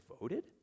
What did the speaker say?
voted